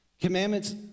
commandments